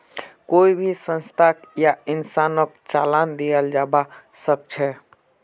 कोई भी संस्थाक या इंसानक चालान दियाल जबा सख छ